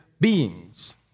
beings